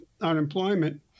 unemployment